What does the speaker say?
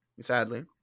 sadly